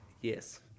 Yes